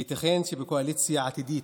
הייתכן שבקואליציה עתידית,